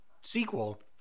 sequel